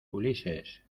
ulises